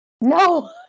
No